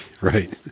right